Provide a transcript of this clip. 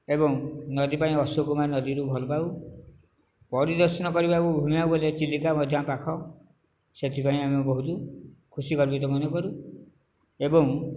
ଏବଂ ନଦୀ ପାଇଁ ଅସ୍ୟକୁମାରୀ ନଦୀରୁ ଭଲପାଉ ପରିଦର୍ଶନ କରିବାକୁ ଗଲେ ଚିଲିକା ମଧ୍ୟ ପାଖ ସେଥିପାଇଁ ଆମେ ବହୁତ ଖୁସି ଗର୍ବିତ ମନେ କରୁ ଏବଂ